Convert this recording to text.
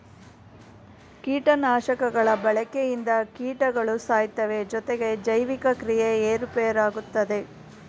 ಕೀಟನಾಶಕಗಳ ಬಳಕೆಯಿಂದ ಕೀಟಗಳು ಸಾಯ್ತವೆ ಜೊತೆಗೆ ಜೈವಿಕ ಕ್ರಿಯೆ ಏರುಪೇರಾಗುತ್ತದೆ